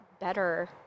better